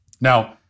now